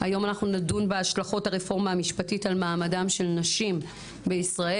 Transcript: היום אנחנו נדון בהשלכות הרפורמה המשפטית על מעמדן של נשים בישראל,